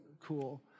cool